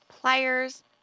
pliers